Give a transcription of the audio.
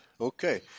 Okay